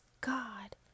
God